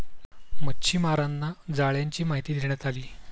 मच्छीमारांना जाळ्यांची माहिती देण्यात आली